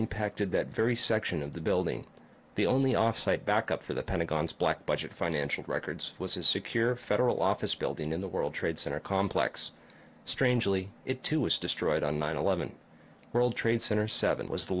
impacted that very section of the building the only off site backup for the pentagon's black budget financial records was a secure federal office building in the world trade center complex strangely it too was destroyed on nine eleven world trade center seven was the